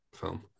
film